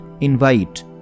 invite